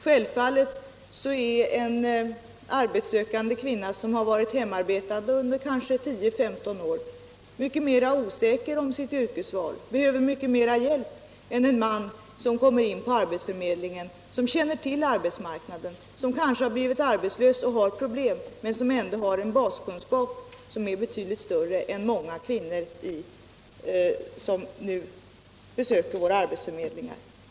Självfallet är en arbetssökande kvinna, som har varit hemarbetande under kanske tio å femton år mycket mer osäker om sitt yrkesval och behöver mycket mera hjälp än en man som kommer in på arbetsförmedlingen och som känner till arbetsmarknaden. Han har kanske blivit arbetslös och har problem, men han har ändå en annan baskunskap än många av de kvinnor som nu besöker våra arbetsförmedlingar.